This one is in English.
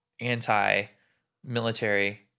anti-military